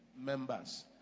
members